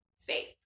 Faith